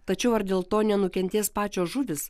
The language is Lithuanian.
tačiau ar dėl to nenukentės pačios žuvys